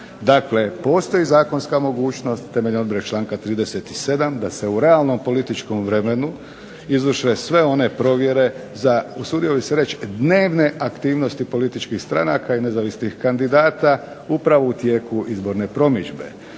Dakle, postoji zakonska mogućnost temeljem odredbe članka 37. da se u realnom političkom vremenu izvrše sve one provjere za, usudio bih se reći dnevne aktivnosti političkih stranaka i nezavisnih kandidata upravo u tijeku izborne promidžbe.